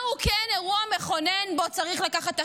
מהו כן אירוע מכונן שבו צריך לקחת אחריות?